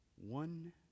one